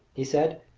he said.